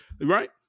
right